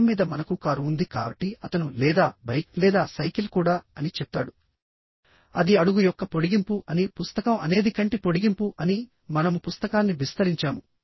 చక్రం మీద మనకు కారు ఉంది కాబట్టి అతను లేదా బైక్ లేదా సైకిల్ కూడా అని చెప్తాడు అది అడుగు యొక్క పొడిగింపు అని పుస్తకం అనేది కంటి పొడిగింపు అని మనము పుస్తకాన్ని విస్తరించాము